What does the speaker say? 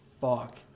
fuck